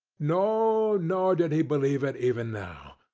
no, nor did he believe it even now.